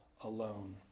alone